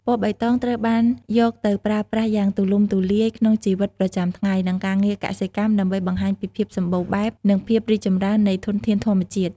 ពណ៌បៃតងត្រូវបានយកទៅប្រើប្រាស់យ៉ាងទូលំទូលាយក្នុងជីវិតប្រចាំថ្ងៃ និងការងារកសិកម្ម ដើម្បីបង្ហាញពីភាពសម្បូរបែប និងភាពរីកចម្រើននៃធនធានធម្មជាតិ។